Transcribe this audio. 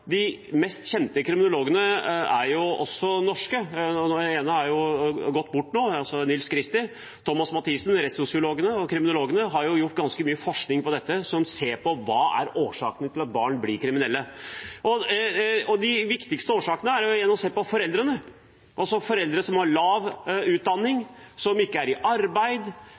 de blir 15–16 – det heter risikofaktorer. Vi har kjent kriminologisk forskning, de mest kjente kriminologene er norske – Nils Christie, han har gått bort nå, og Thomas Mathiesen. Rettssosiologene og kriminologene har gjort ganske mye forskning på hva som er årsakene til at barn blir kriminelle. Se på foreldrene. Den viktigste årsaken er foreldre som har lav utdanning, som ikke er i arbeid,